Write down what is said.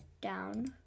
down